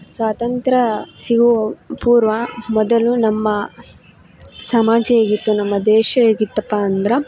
ಸ್ವಾತಂತ್ರ್ಯ ಸಿಗುವ ಪೂರ್ವ ಮೊದಲು ನಮ್ಮ ಸಮಾಜ ಹೇಗಿತ್ತು ನಮ್ಮ ದೇಶ ಹೇಗಿತ್ತಪ್ಪಾ ಅಂದರ